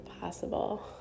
possible